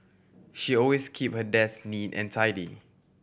she always keep her desk neat and tidy